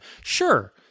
sure